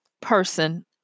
person